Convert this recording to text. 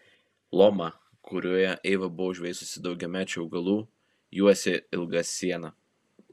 lomą kurioje eiva buvo užveisusi daugiamečių augalų juosė ilga siena